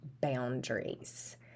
boundaries